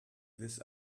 this